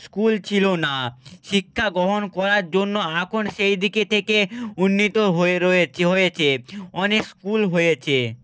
school ছিল না শিক্ষাগ্রহণ করার জন্য এখন সেই দিকে থেকে উন্নীত হয়ে রয়েছে হয়েছে অনেক স্কুল হয়েছে